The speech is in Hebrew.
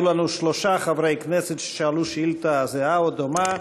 היו לנו שלושה חברי כנסת ששאלו שאילתה זהה או דומה: